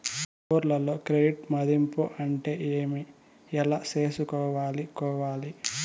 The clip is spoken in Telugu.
ఊర్లలో క్రెడిట్ మధింపు అంటే ఏమి? ఎలా చేసుకోవాలి కోవాలి?